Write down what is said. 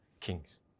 kings